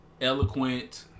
eloquent